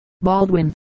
Baldwin